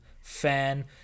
fan